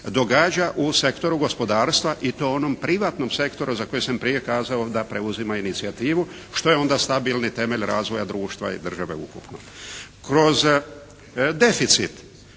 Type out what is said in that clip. događa u sektoru gospodarstva i to onom privatnom sektoru za koji sam prije kazao da preuzima inicijativu što je onda stabilni temelj razvoja društva i države ukupno. Kroz deficit,